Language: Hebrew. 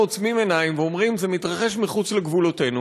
אנחנו עוצמים עיניים ואומרים: זה מתרחש מחוץ לגבולותינו,